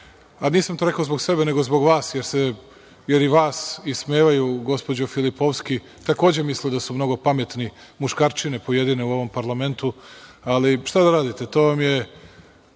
nisam to rekao zbog sebe, nego zbog vas, jer i vas ismevaju, gospođo Filipovski. Takođe, misle da su mnogo pametni, muškarčine pojedine u ovom parlamentu, ali šta da radite? To vam je